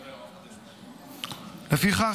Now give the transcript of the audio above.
לפיכך,